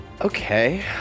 Okay